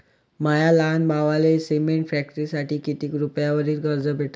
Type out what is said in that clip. माया लहान भावाले सिमेंट फॅक्टरीसाठी कितीक रुपयावरी कर्ज भेटनं?